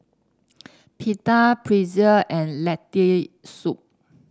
Pita Pretzel and Lentil Soup